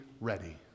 ready